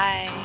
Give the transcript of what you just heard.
Bye